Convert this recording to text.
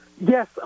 Yes